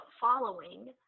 following